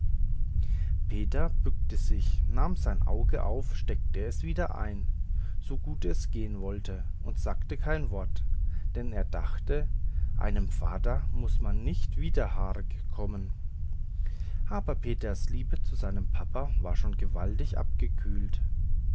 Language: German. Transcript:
peter bückte sich nahm sein auge auf steckte es wieder ein so gut es gehen wollte und sagte kein wort denn er dachte einem vater muß man nicht widerhaarig kommen aber peters liebe zu seinem papa war schon gewaltig abgekühlt